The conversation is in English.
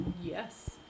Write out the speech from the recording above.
Yes